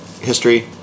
History